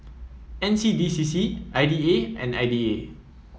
N C D C C I D A and I D A